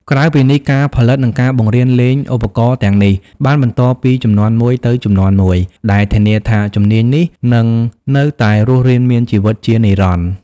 ក្រៅពីនេះ ការផលិត និងការបង្រៀនលេងឧបករណ៍ទាំងនេះ បានបន្តពីជំនាន់មួយទៅជំនាន់មួយ ដែលធានាថាជំនាញនេះនឹងនៅតែរស់រានមានជីវិតជានិរន្តរ៍។